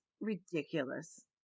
ridiculous